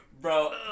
bro